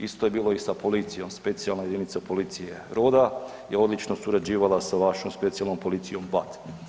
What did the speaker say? Isto je bilo i sa policijom, Specijalna jedinica policije Roda je odlično surađivala sa vašom Specijalnom policijom Bat.